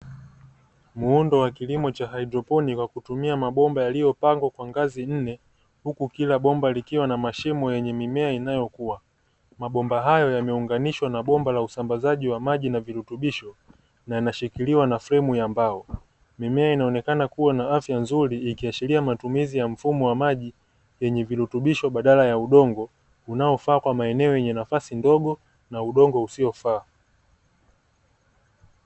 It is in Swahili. Muundo wa kilimo cha haidroponi kwa kutumia mabomba yaliyopangwa kwa ngazi nne, huku kila bomba likiwa na mashimo yenye mimea inayokua. Mabomba hayo yameunganishwa na bomba la usambazaji wa maji na virutubisho, na yanashikiliwa na fremu ya mbao. Mimea inaonekana kuwa na afya nzuri, ikiashiria matumizi ya mfumo wa maji yenye virutubisho badala ya udongo, unaofaa kwa maeneo yenye nafasi ndogo na udongo usiofaa.